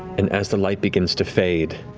and as the light begins to fade,